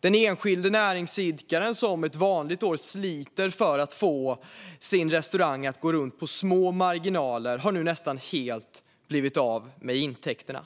Den enskilde näringsidkaren som ett vanligt år sliter för att få sin restaurang att gå runt på små marginaler har nu nästan helt blivit av med intäkterna.